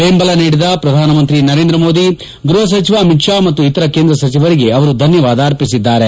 ಬೆಂಬಲ ನೀಡಿದ ಶ್ರಧಾನಿ ನರೇಂದ್ರ ಮೋದಿ ಗ್ಲಹ ಸಚಿವ ಅಮಿತ್ ಶಾ ಮತ್ತು ಇತರ ಕೇಂದ್ರ ಸಚಿವರಿಗೆ ಅವರು ಧನ್ಲವಾದ ಅರ್ಪಿಸಿದ್ದಾರೆ